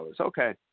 Okay